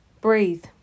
Breathe